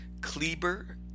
Kleber